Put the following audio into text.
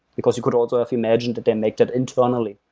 because you could also imagined that they make that internally.